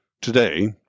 Today